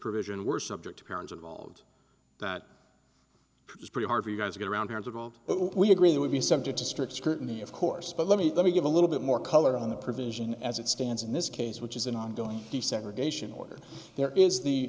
provision were subject to parents involved that it's pretty hard for you guys to get around here a little but we agree it would be subject to strict scrutiny of course but let me let me give a little bit more color on the provision as it stands in this case which is an ongoing desegregation order there is the